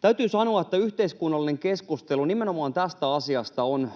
Täytyy sanoa, että yhteiskunnallinen keskustelu nimenomaan tästä asiasta on